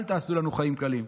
אל תעשו לנו חיים קלים.